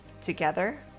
together